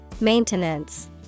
Maintenance